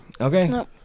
Okay